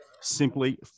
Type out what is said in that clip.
simply